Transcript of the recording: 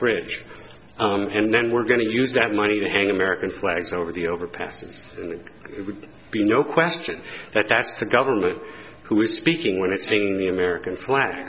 bridge and then we're going to use that money to hang american flags over the overpasses and it would be no question that asks the government who is speaking when it's the american fla